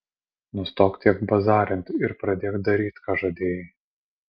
nustok tiek bazarint ir pradėk daryt ką žadėjai